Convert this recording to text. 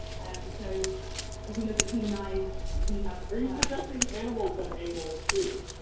so if we look at human eyes, we have are you suggesting animals have angles too?